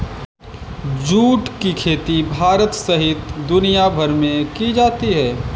जुट की खेती भारत सहित दुनियाभर में की जाती है